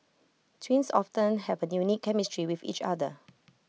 twins often have A unique chemistry with each other